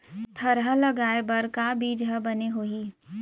थरहा लगाए बर का बीज हा बने होही?